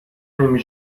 نمی